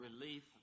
relief